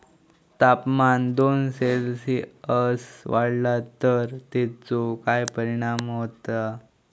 तापमान दोन सेल्सिअस वाढला तर तेचो काय परिणाम होता?